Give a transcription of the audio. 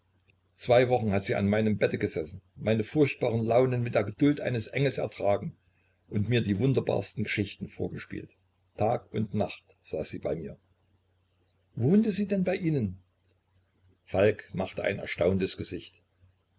zwei wochen hat sie an meinem bette gesessen meine furchtbaren launen mit der geduld eines engels ertragen und mir die wunderbarsten geschichten vorgespielt tag und nacht saß sie bei mir wohnte sie denn bei ihnen falk machte ein erstauntes gesicht